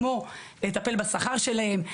כמו לטפל בשכר שלהם,